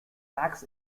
tax